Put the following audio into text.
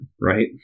Right